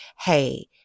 hey